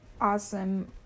awesome